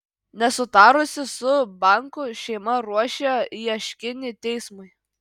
nesutarusi su banku šeima ruošia ieškinį teismui